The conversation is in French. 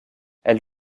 elle